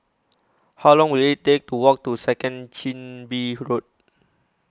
How Long Will IT Take to Walk to Second Chin Bee Road